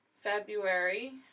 February